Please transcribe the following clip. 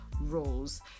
roles